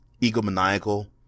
egomaniacal